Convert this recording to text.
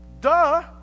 Duh